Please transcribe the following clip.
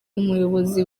umuyobozi